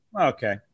Okay